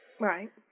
Right